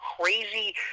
crazy